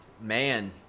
Man